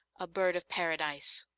a bird of paradise.